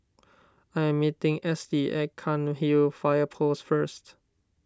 I am meeting Estie at Cairnhill Fire Post first